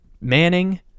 Manning